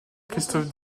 christophe